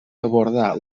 abordar